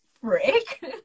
frick